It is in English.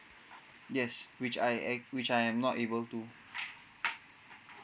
yes which I ac~ which I am not able to